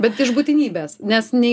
bet iš būtinybės nes nei